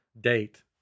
date